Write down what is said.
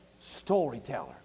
storyteller